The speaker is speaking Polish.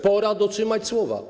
Pora dotrzymać słowa.